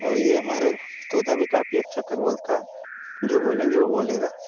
और ये हमारो तोता भी काफी अच्छा त बोलता है जो बोलेंगे वो बोलेगा